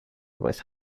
with